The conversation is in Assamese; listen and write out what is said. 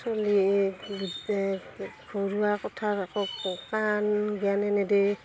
চলি ইতে ঘৰুৱা কথাৰ একো কাণ জ্ঞানে নেদেয়